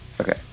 Okay